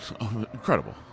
Incredible